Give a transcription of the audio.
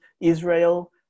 Israel